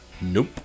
Nope